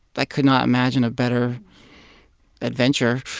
i could not imagine a better adventure.